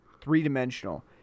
three-dimensional